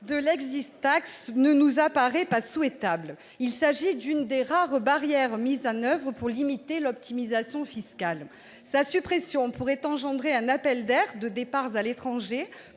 de l'ne nous paraît pas souhaitable. Il s'agit de l'une des rares barrières mise en oeuvre pour limiter l'optimisation fiscale. Sa suppression pourrait engendrer un appel d'air de départs à l'étranger